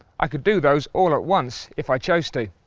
i could do those all at once, if i chose to.